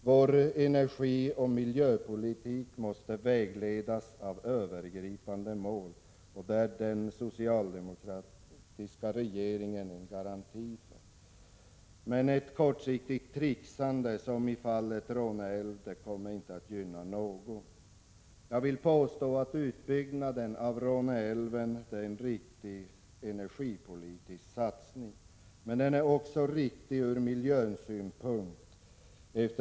Vår energioch miljöpolitik måste vägledas av övergripande mål, och det är den socialdemokratiska regeringen en garanti för. Men ett kortsiktigt trixande som i fallet Råneälven gynnar ingen. Jag vill påstå att utbyggnaden av Råneälven är energipolitiskt riktig. Men också ur miljösynpunkt är den riktig.